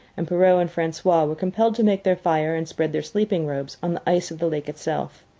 and perrault and francois were compelled to make their fire and spread their sleeping robes on the ice of the lake itself.